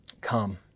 come